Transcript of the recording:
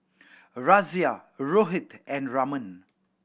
Razia Rohit and Raman